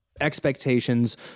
expectations